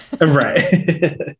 Right